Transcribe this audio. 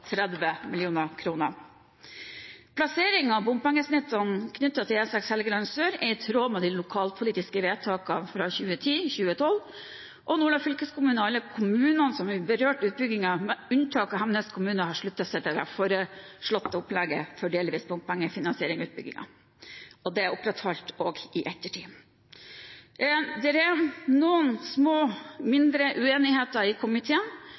30 mill. kr. Plasseringen av bompengesnittene knyttet til E6 Helgeland sør er i tråd med de lokalpolitiske vedtakene fra 2010–2012, og Nordland fylkeskommune og alle kommunene som blir berørt av utbyggingen, med unntak av Hemnes kommune, har sluttet seg til det foreslåtte opplegget for delvis bompengefinansiering av utbyggingen. Det er også opprettholdt i ettertid. Det er noen små uenigheter i komiteen,